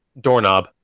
Doorknob